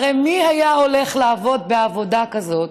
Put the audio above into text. הרי מי היה הולך לעבוד בעבודה כזאת